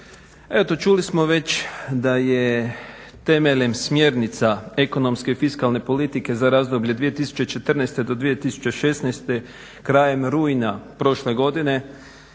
čuli smo već da je temeljem smjernica ekonomske i fiskalne politike za razdoblje 2014.-2016. krajem rujna prošle godine